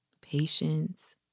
patience